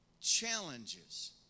challenges